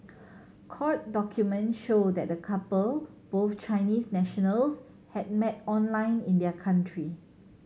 court documents show that the couple both Chinese nationals had met online in their country